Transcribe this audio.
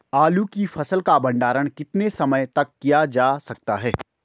आलू की फसल का भंडारण कितने समय तक किया जा सकता है?